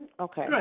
Okay